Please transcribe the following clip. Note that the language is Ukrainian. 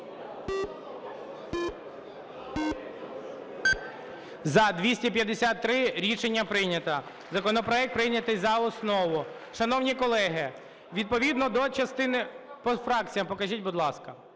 За-253 Рішення прийнято. Законопроект прийнятий за основу. Шановні колеги, відповідно до частини… По фракціях покажіть, будь ласка.